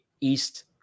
East